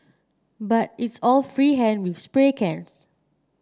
but it's all free hand with spray cans